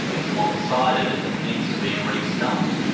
it's lopsided and needs to be re-stumped.